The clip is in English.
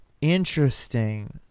Interesting